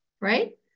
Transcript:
right